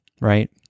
right